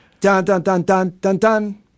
Dun-dun-dun-dun-dun-dun